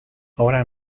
ahora